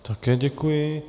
Také děkuji.